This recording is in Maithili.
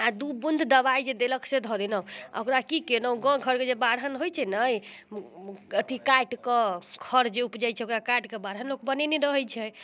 आओर दुइ बुन्न दवाइ जे देलक से धऽ देलहुँ ओकरा कि केलहुँ जे गाम जे बाढ़नि होइ छै ने अथी काटिकऽ खर जे उपजै छै ओकरा लोक बाढ़नि बनेने रहै छै